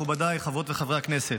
מכובדיי חברות וחברי הכנסת,